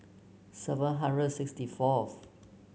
seven hundred and sixty fourth